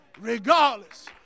Regardless